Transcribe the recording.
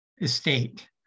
estate